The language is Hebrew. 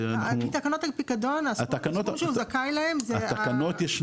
תקנות לפיקדון -- התקנות ישנן.